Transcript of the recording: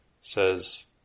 says